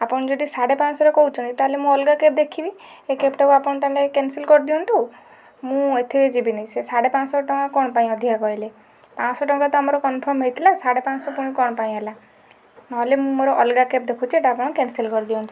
ଆପଣ ଯଦି ସାଢ଼େ ପାଞ୍ଚଶହରେ କହୁଛନ୍ତି ତା'ହେଲେ ମୁଁ ଅଲଗା କ୍ୟାବ୍ ଦେଖିବି ଏ କ୍ୟାବ୍ଟାକୁ ଆପଣ ତା'ହେଲେ କ୍ୟାନସଲ୍ କରିଦିଅନ୍ତୁ ମୁଁ ଏଥିରେ ଯିବିନି ସେ ସାଢ଼େ ପାଞ୍ଚଶହ ଟଙ୍କା କ'ଣ ପାଇଁ ଅଧିକା କହିଲେ ପାଞ୍ଚଶହ ଟଙ୍କା କ'ଣ ପାଇଁ ଅଧିକା କହିଲେ ପାଞ୍ଚଶହ ଟଙ୍କା ତ ଆମର କନଫର୍ମ ହେଇଥିଲା ସାଢ଼େ ପାଞ୍ଚଶହ ପୁଣି କ'ଣ ପାଇଁ ହେଲା ନହେଲେ ମୁଁ ମୋର ଅଲଗା କ୍ୟାବ୍ ଦେଖୁଛି ଏଇଟା ଆପଣ କ୍ୟାନସଲ୍ କରିଦିଅନ୍ତୁ